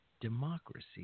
democracy